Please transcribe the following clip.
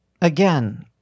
Again